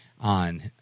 on